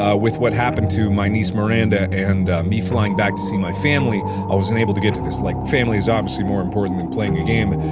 ah with what happened to my niece miranda, and ah, me flying back to see my family i wasn't able to get to this like, family is obviously more important than playing a game.